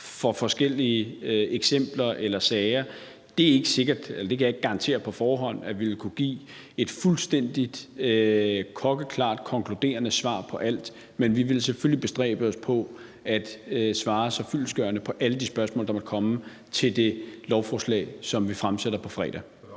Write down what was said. for forskellige eksempler eller sager, så kan jeg ikke garantere på forhånd at ville kunne give et fuldstændig klokkeklart konkluderende svar på alt, men vi vil selvfølgelig bestræbe os på at svare så fyldestgørende som muligt på alle de spørgsmål, der måtte komme til det lovforslag, som vi fremsætter på fredag.